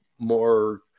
More